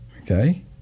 okay